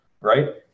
right